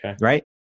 right